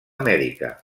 mèdica